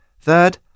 Third